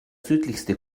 südlichste